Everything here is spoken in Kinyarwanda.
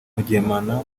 mugemana